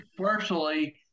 partially